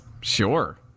Sure